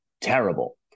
terrible